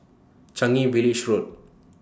Changi Village Road